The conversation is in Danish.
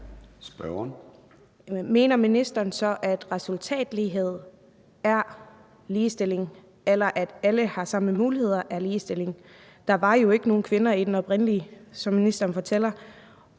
Mener ministeren så, at resultatlighed er ligestilling, eller at det, at alle har samme muligheder, er ligestilling? Der var jo oprindelig ikke nogen kvinder, som ministeren siger.